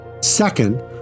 Second